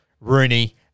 Rooney